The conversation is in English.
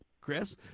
Chris